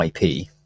IP